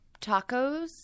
Tacos